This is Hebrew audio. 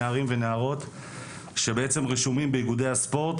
נערים ונערות שבעצם רשומים באיגודי הספורט,